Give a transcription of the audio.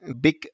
big